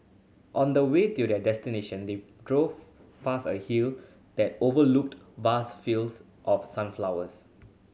on the way to their destination they drove past a hill that overlooked vast fields of sunflowers